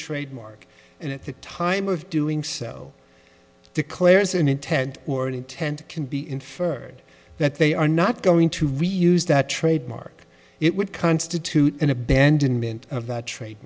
trademark and at the time of doing so declares an intent or intent can be inferred that they are not going to reuse that trademark it would constitute an abandonment of the trade